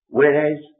Whereas